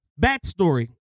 backstory